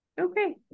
Okay